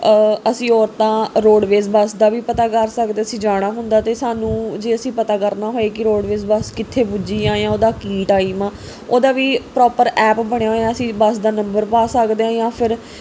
ਅਸੀਂ ਔਰਤਾਂ roadways bus ਦਾ ਵੀ ਪਤਾ ਕਰ ਸਕਦੇ ਸੀ ਜਾਣਾ ਹੁੰਦਾ ਅਤੇ ਸਾਨੂੰ ਜੇ ਅਸੀਂ ਪਤਾ ਕਰਨਾ ਹੋਏ ਕਿ ਰੋਡਵੇਜ਼ ਬੱਸ ਕਿੱਥੇ ਪੁੱਜੀ ਆ ਜਾਂ ਉਹਦਾ ਕੀ ਟਾਈਮ ਆ ਉਹਦਾ ਵੀ ਪ੍ਰੋਪਰ ਐਪ ਬਣਿਆ ਹੋਇਆ ਸੀ ਬੱਸ ਦਾ ਨੰਬਰ ਪਾ ਸਕਦੇ ਹਾਂ ਜਾਂ ਫਿਰ